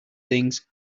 things